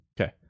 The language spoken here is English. Okay